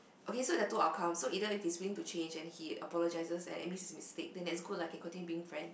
okay there are two outcomes so either he's willing to change and he apologizes and admit his mistakes then that's good lah can continue being friends